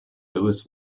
louis